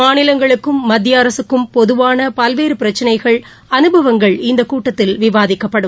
மாநிலங்களுக்கும் மத்திய அரசுக்கும் பொதுவானபல்வேறபிரச்சனைகள் அனுபவங்கள் இந்தகூட்டத்தில் விவாதிக்கப்படும்